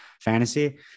fantasy